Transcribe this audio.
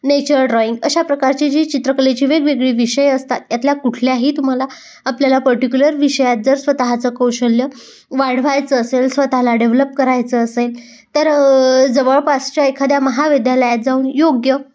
nature drawing अशा प्रकारची जी चित्रकलेची वेगवेगळी विषय असतात त्यातल्या कुठल्याही तुम्हाला आपल्याला पर्टिक्युलर विषयात जर स्वतःचं कौशल्य वाढवायचं असेल स्वतःला डेव्हलप करायचं असेल तर जवळपासच्या एखाद्या महाविद्यालयात जाऊन योग्य